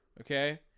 Okay